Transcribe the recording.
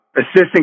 assistant